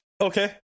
okay